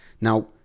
Now